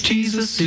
Jesus